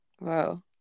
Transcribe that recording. Wow